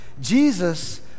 Jesus